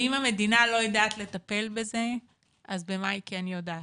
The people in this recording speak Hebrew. אם המדינה לא יודעת לטפל בזה אז במה היא כן יודעת?